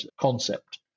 concept